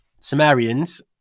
Sumerians